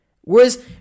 Whereas